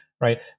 right